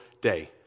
day